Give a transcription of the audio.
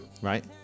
right